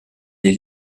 des